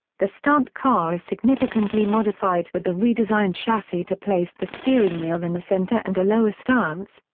the stunt car is significantly modified with a redesigned chassis to place the steering wheel in the center and a lower stance,